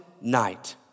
night